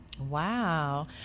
Wow